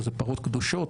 אלה פרות קדושות,